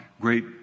great